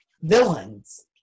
villains